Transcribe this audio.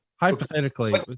Hypothetically